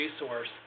resource